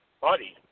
Buddy